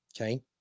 Okay